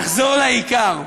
נחזור לעיקר.